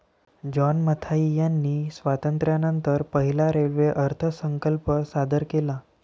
John Mathai यांनी स्वातंत्र्यानंतर पहिला रेल्वे अर्थसंकल्प सादर केला